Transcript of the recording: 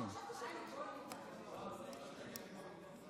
כנסת נכבדה,